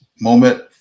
moment